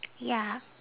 ya